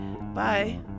Bye